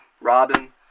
Robin